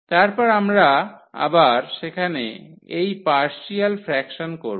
তারপর আবার আমরা সেখানে এই পার্শিয়াল ফ্র্যাকশন করব